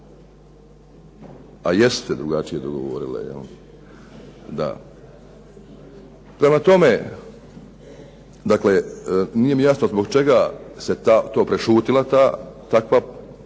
A jesu se drugačije dogovorile. Da. Prema tome, nije mi jasno zbog čega se prešutila takva